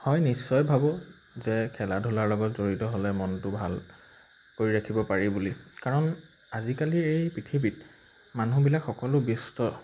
হয় নিশ্চয় ভাবোঁ যে খেলা ধূলাৰ লগত জড়িত হ'লে মনটো ভাল কৰি ৰাখিব পাৰি বুলি কাৰণ আজিকালি এই পৃথিৱীত মানুহবিলাক সকলো ব্যস্ত